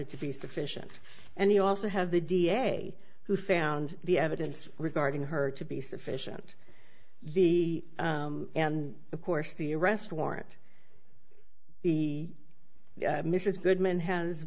it to be sufficient and they also have the da who found the evidence regarding her to be sufficient the and of course the arrest warrant the mrs goodman has